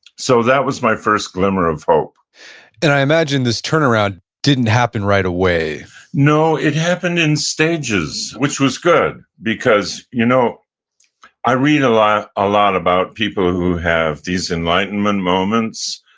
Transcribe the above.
so that was my first glimmer of hope and i imagine this turnaround didn't happen right away no. it happened in stages, which was good because you know i read a lot ah lot about people who have these enlightenment moments,